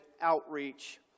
outreach